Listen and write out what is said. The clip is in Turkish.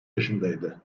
yaşındaydı